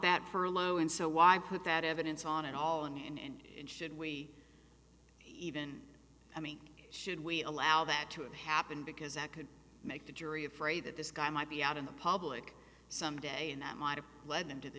that furlough and so why put that evidence on it all in and should we even i mean should we allow that to happen because that could make the jury afraid that this guy might be out in the public some day and that might have led them to the